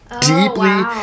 deeply